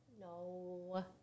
No